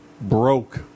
broke